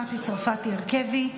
מטי צרפתי הרכבי,